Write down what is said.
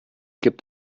gibt